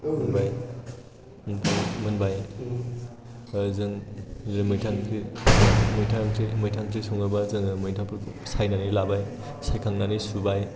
मोनबाय ओमफ्राय मोनबाय जों मैथा ओंख्रि सङोबा जों मैथाफोरखौ सायनानै लाबाय सायखांनानै सुबाय